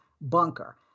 bunker